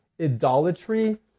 idolatry